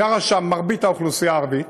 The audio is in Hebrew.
גרה שם מרבית האוכלוסייה הערבית,